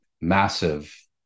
massive